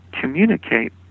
communicate